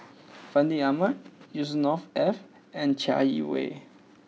Fandi Ahmad Yusnor Ef and Chai Yee Wei